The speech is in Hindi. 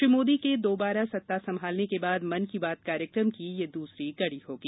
श्री मोदी के दोबारा सत्ता संभालने के बाद मन की बात कार्यक्रम की यह दूसरी कड़ी होगी